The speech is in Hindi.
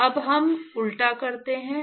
तो अब हम उल्टा करते हैं